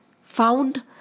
found